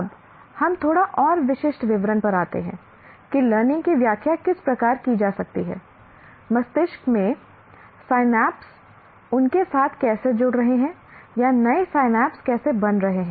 अब हम थोड़ा और विशिष्ट विवरण पर आते हैं कि लर्निंग की व्याख्या किस प्रकार की जा सकती है मस्तिष्क में सिनेप्स उनके साथ कैसे जुड़ रहे हैं या नए सिनेप्स कैसे बन रहे हैं